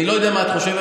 אני לא יודע מה את חושבת.